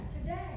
today